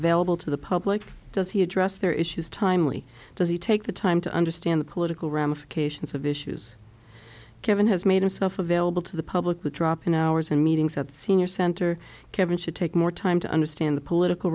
available to the public does he address their issues timely does he take the time to understand the political ramifications of issues kevin has made himself available to the public with drop in hours and meetings at the senior center kevin should take more time to understand the political